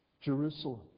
Jerusalem